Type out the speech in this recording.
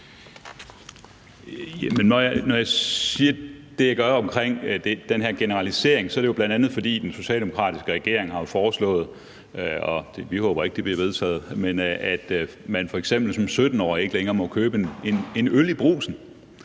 Når jeg siger det, jeg gør, omkring den her generalisering, er det jo, bl.a. fordi den socialdemokratiske regering har foreslået – og vi håber ikke, det bliver vedtaget – at man f.eks. som 17-årig ikke længere må købe en øl i brugsen.